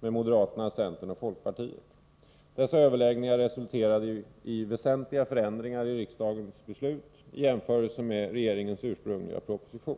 med moderaterna, centern och folkpartiet. Dessa överläggningar resulterade i väsentliga förändringar i riksdagens beslut i jämförelse med regeringens ursprungliga proposition.